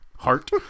heart